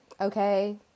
okay